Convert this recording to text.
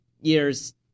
years